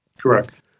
correct